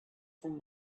from